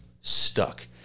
stuck